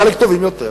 וחלק טובים יותר.